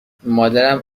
مادرم